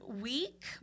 week